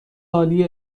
عالی